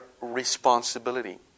responsibility